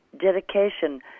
dedication